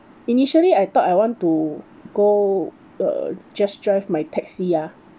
initially I thought I want to go err just drive mytaxi ah